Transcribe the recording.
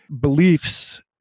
beliefs